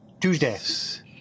Tuesdays